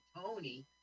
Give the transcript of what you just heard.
Tony